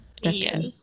Yes